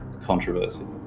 controversy